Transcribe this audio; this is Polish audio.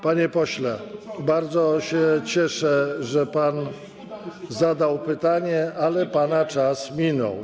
Panie pośle, bardzo się cieszę, że pan zadał pytanie, ale pana czas minął.